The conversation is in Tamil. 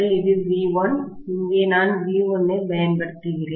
இது V1 இங்கே நான் V1 ஐப் பயன்படுத்துகிறேன்